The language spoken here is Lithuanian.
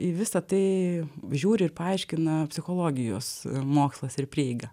į visa tai žiūri ir paaiškina psichologijos mokslas ir prieiga